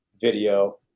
video